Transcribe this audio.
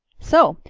so,